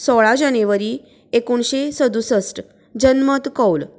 सोळा जानेवारी एकोणशें सदुसश्ट जनमत कौल